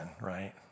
right